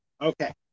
Okay